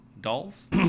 Dolls